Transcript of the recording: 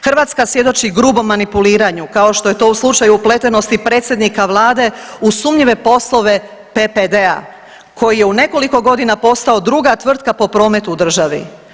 Hrvatska svjedoči grubom manipuliranju kao što je to u slučaju upletenosti predsjednika vlade u sumnjive poslove PPD-a koji je u nekoliko godina postao druga tvrtka po prometu u državi.